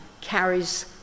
carries